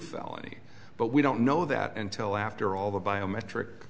felony but we don't know that until after all the biometric